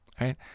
right